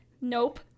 Nope